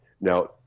Now